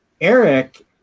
Eric